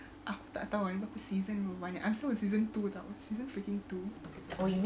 aku tak tahu ada berapa season berapa banyak episode I'm still with season two [tau] season freaking two